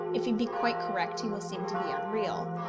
if he be quite correct he will seem to be unreal.